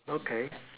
okay